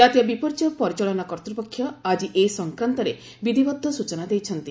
ଜାତୀୟ ବିପର୍ଯ୍ୟୟ ପରିଚାଳନା କର୍ତ୍ତ୍ୱପକ୍ଷ ଆକି ଏ ସଂକ୍ରାନ୍ତରେ ବିଧିବଦ୍ଧ ସ୍ଟଚନା ଦେଇଛନ୍ତି